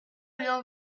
bien